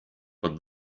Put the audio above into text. but